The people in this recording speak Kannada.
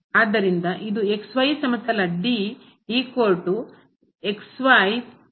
ಆದ್ದರಿಂದ ಸಮತಲದಲ್ಲಿ ಎಲ್ಲಿ ಆಗಿದೆ